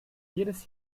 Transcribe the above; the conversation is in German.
jedes